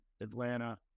Atlanta